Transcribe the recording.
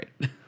right